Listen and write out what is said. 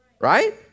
Right